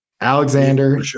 Alexander